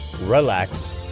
relax